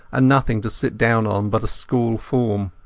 and nothing to sit down on but a school form.